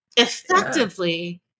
effectively